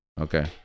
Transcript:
Okay